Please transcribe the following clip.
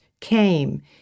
came